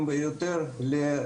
בגילאים יותר מבוגרים,